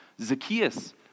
Zacchaeus